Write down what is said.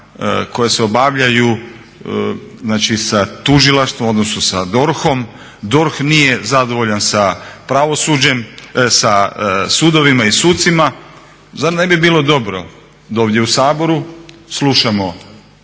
koje se obavljaju, znači sa tužilaštvom, odnosno sa DORH-om. DORH nije zadovoljan sa pravosuđem, sa sudovima i sucima, zar ne bi bilo dobro da ovdje u Saboru slušamo